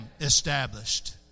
established